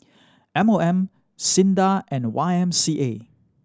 M O M SINDA and Y M C A